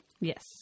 Yes